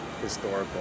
historical